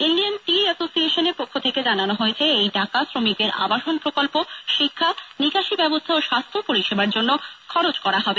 Indian tea অ্যাসোসিয়েশনের পক্ষ থেকে জানানো হয়েছে এই টাকা শ্রমিকদের আবাসন প্রকল্প শিক্ষা নিকাশী ব্যবস্হা ও স্বাস্হ্য পরিষেবার জন্য খরচ করা হবে